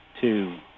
two